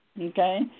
Okay